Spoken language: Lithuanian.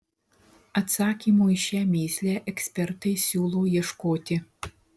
atsakymo į šią mįslę ekspertai siūlo ieškoti